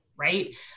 Right